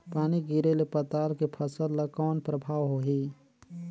पानी गिरे ले पताल के फसल ल कौन प्रभाव होही?